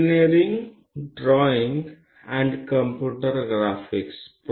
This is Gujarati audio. નમસ્કાર બધાને